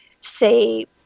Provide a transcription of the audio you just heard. say